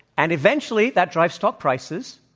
and eventually that drives stock prices,